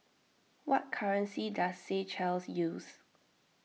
what currency does Seychelles use